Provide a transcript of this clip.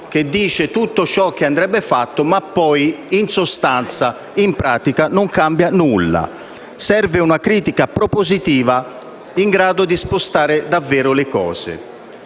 che dice tutto ciò che andrebbe fatto ma poi, in sostanza e in pratica, non cambia nulla. Serve una critica propositiva in grado di spostare davvero le cose.